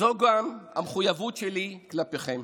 זו גם המחויבות שלי כלפיכם,